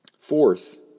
Fourth